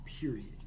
Period